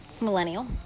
Millennial